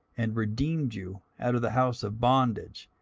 and redeemed you out of the house of bondage,